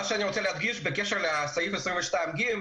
אני רוצה להדגיש בקשר לסעיף 22ג,